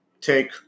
take